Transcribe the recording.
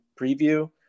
preview